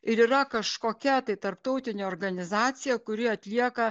ir yra kažkokia tai tarptautinė organizacija kuri atlieka